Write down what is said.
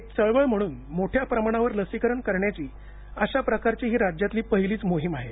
एक चळवळ म्हणून मोठ्या प्रमाणावर लसीकरणकरण्याची अशा प्रकारची ही राज्यातली पहिलीच मोहीम आहे